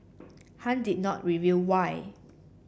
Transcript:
Han did not reveal why